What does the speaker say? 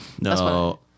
No